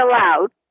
allowed